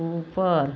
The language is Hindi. ऊपर